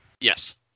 Yes